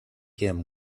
him